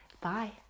Bye